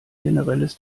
generelles